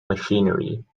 machinery